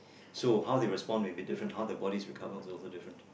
so how they respond will be different how the bodies recover is also different